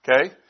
Okay